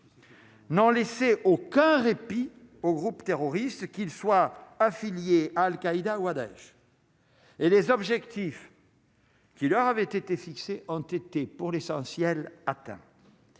N'ont laissé aucun répit aux groupes terroristes, qu'ils soient affiliés à Al-Qaïda ou âge et les objectifs. Qui leur avaient été fixés ont été pour l'essentiel, atteint,